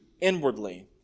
inwardly